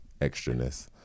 extraness